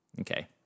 Okay